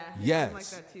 yes